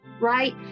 right